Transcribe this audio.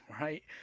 right